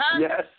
Yes